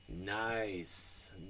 Nice